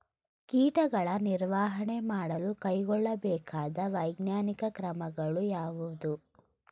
ಕೀಟಗಳ ನಿರ್ವಹಣೆ ಮಾಡಲು ಕೈಗೊಳ್ಳಬೇಕಾದ ವೈಜ್ಞಾನಿಕ ಕ್ರಮಗಳು ಯಾವುವು?